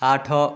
ଆଠ